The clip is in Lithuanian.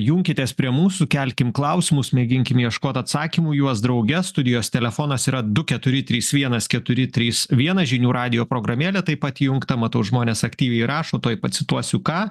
junkitės prie mūsų kelkim klausimus mėginkim ieškot atsakymų į juos drauge studijos telefonas yra du keturi trys vienas keturi trys vienas žinių radijo programėlė taip pat įjungta matau žmonės aktyviai rašo tuoj pacituosiu ką